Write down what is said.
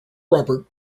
robert